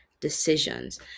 decisions